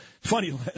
Funny